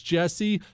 Jesse